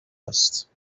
است